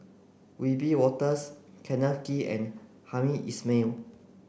Wiebe Wolters Kenneth Kee and Hamed Ismail